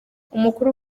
umukuru